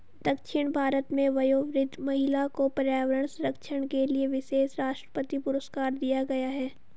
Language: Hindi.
दक्षिण भारत में वयोवृद्ध महिला को पर्यावरण संरक्षण के लिए विशेष राष्ट्रपति पुरस्कार दिया गया है